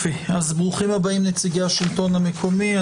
ברוכים הבאים נציגי השלטון המקומי.